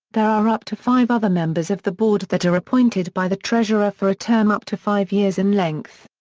there are up to five other members of the board that are appointed by the treasurer for a term up to five years in length.